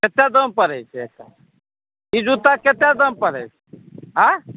केतेक दाम पड़ै छै एक्कर ई जुत्ताके कतेक दाम पड़ै छिकै आँइ